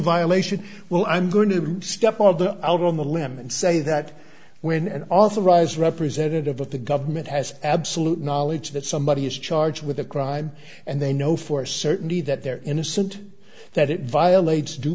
violation well i'm going to step farther out on the limb and say that when an authorized representative of the government has absolute knowledge that somebody is charged with a crime and they know for certainty that they're innocent that it violates due